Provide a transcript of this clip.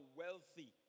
wealthy